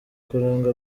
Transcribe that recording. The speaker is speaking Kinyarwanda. kuranga